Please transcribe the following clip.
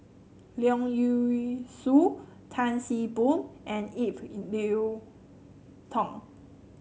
Leong Yee Soo Tan See Boo and Ip Yiu Tung